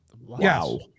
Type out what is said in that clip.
Wow